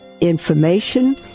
information